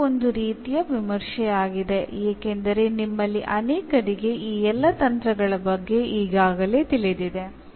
ಇದು ಒಂದು ರೀತಿಯ ವಿಮರ್ಶೆಯಾಗಿದೆ ಏಕೆಂದರೆ ನಿಮ್ಮಲ್ಲಿ ಅನೇಕರಿಗೆ ಈ ಎಲ್ಲಾ ತಂತ್ರಗಳ ಬಗ್ಗೆ ಈಗಾಗಲೇ ತಿಳಿದಿದೆ